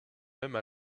même